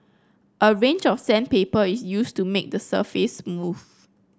a range of sandpaper is used to make the surface smooth